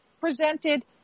presented